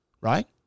right